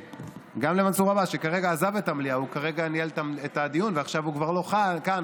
הוא כרגע ניהל את הדיון ועכשיו הוא כבר לא כאן.